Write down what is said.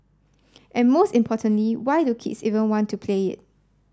and most importantly why do kids even want to play it